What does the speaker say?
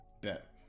bet